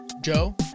Joe